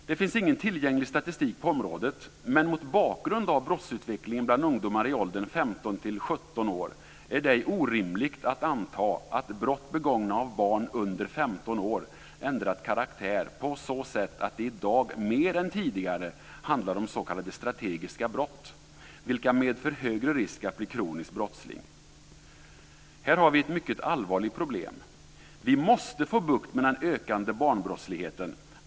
Det finns ingen tillgänglig statistik på området, men mot bakgrund av brottsutvecklingen bland ungdomar i åldern 15-17 år är det ej orimligt att anta att brott begångna av barn under 15 år ändrat karaktär på så sätt att det i dag mer än tidigare handlar om s.k. strategiska brott, vilka medför högre risk att bli kronisk brottsling. Här har vi ett mycket allvarligt problem. Vi måste få bukt med den ökande barnbrottsligheten.